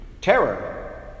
terror